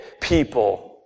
people